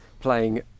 playing